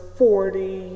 forty